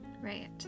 Right